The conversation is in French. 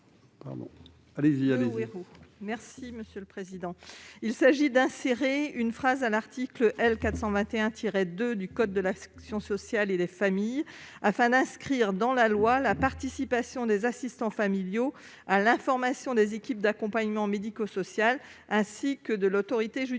vise à insérer une phrase à l'article L. 421-2 du code de l'action sociale et des familles afin d'inscrire dans la loi la participation des assistants familiaux à l'information des équipes d'accompagnement médico-social et de l'autorité judiciaire.